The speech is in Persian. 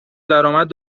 درآمد